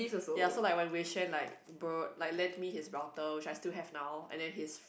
ya so like when Wei-Xuan like borrowed like lent me his router which I still have now and then his